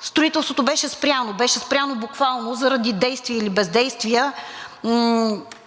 строителството беше спряно – беше спряно буквално, заради действия или бездействия